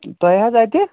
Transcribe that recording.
تۄہہِ حظ اَتہِ